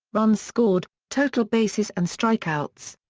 runs scored, total bases and strikeouts.